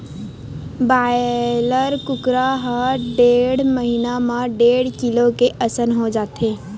broiler कुकरा ह डेढ़ महिना म डेढ़ किलो के असन हो जाथे